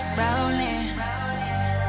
rolling